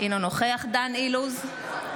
אינו נוכח דן אילוז,